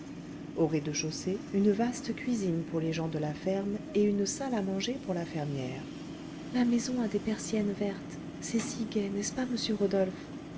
au rez-de-chaussée une vaste cuisine pour les gens de la ferme et une salle à manger pour la fermière la maison a des persiennes vertes c'est si gai n'est-ce pas monsieur rodolphe